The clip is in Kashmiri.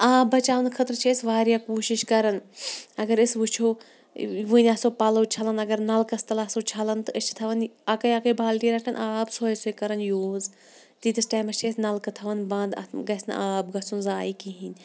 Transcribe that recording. آب بَچاونہٕ خٲطرِ چھِ أسۍ واریاہ کوٗشِش کَران اَگَر أسۍ وٕچھو وٕنۍ آسو پَلو چھَلان اَگَر نَلقَس تل آسو چھَلان تہٕ أسۍ چھِ تھاوان اَکٲے اَکٲے بالٹیٖن رَٹان آب سۄے سۄے کَران یوٗز تِیٖتِس ٹَایمَس چھِ أسۍ نَلقہٕ تھاوان بَنٛد اَتھ گَژھنہٕ آب گَژھُن زایہِ کِہیٖنۍ